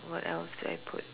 what else did I put